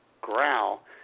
growl